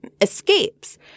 escapes